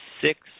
six